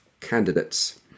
candidates